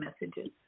messages